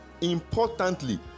importantly